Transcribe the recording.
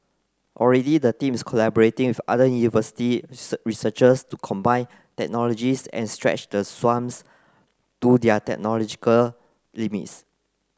already the teams collaborating with other university researchers to combine technologies and stretch the swans to their technological limits